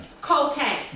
Cocaine